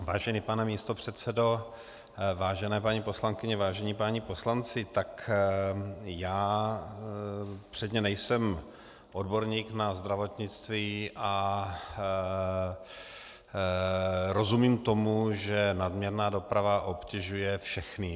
Vážený pane místopředsedo, vážené paní poslankyně, vážení páni poslanci, tak já předně nejsem odborník na zdravotnictví a rozumím tomu, že nadměrná doprava obtěžuje všechny.